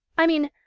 i mean,